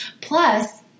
Plus